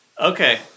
Okay